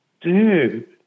Dude